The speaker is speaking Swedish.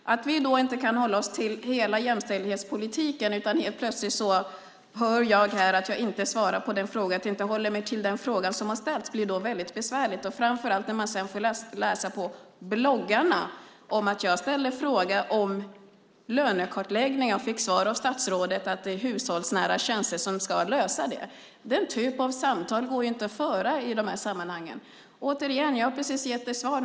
Detta med att vi inte kan hålla oss till hela jämställdhetspolitiken - helt plötsligt hör jag här att jag inte svarar på och inte håller mig till den fråga som ställts - blir väldigt besvärligt, framför allt när man sedan får läsa följande på bloggarna: Jag ställde en fråga om lönekartläggning men fick svaret från statsrådet att det är hushållsnära tjänster som ska lösa det. Den typen av samtal går det inte att föra i de här sammanhangen. Återigen: Jag har precis gett dig svar.